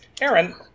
Aaron